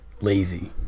lazy